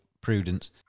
prudence